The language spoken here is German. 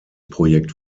projekt